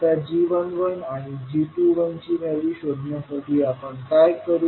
आता g11आणि g21ची व्हॅल्यू शोधण्यासाठी आपण काय करू